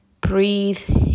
breathe